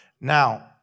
Now